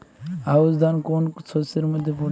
আউশ ধান কোন শস্যের মধ্যে পড়ে?